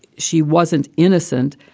she wasn't innocent.